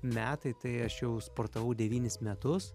metai tai aš jau sportavau devynis metus